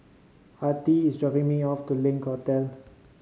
Artie is dropping me off to Link Hotel